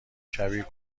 کبیر